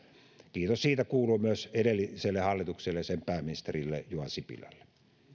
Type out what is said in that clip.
kiitos siitä kuuluu myös edelliselle hallitukselle ja sen pääministerille juha sipilälle